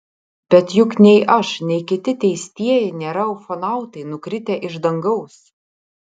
bet juk nei aš nei kiti teistieji nėra ufonautai nukritę iš dangaus